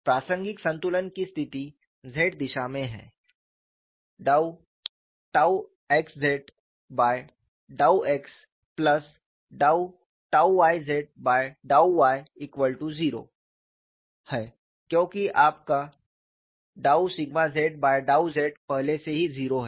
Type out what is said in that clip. प्रासंगिक संतुलन की स्थिति z दिशा में है ∂xz∂x∂yz∂y0 है क्योंकि आपका ∂z∂z पहले से ही जीरो है